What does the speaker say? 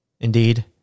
Indeed